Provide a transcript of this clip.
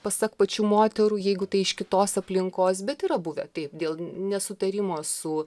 pasak pačių moterų jeigu tai iš kitos aplinkos bet yra buvę taip dėl nesutarimo su